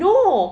no